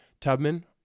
Tubman